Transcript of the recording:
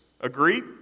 Agreed